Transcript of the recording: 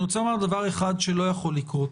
דבר אחד לא יכול לקרות,